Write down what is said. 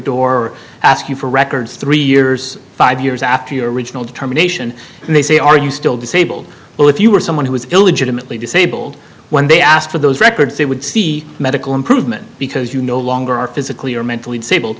door asking for records three years five years after your original determination and they say are you still disabled well if you are someone who is illegitimately disabled when they asked for those records they would see medical improvement because you no longer are physically or mentally disabled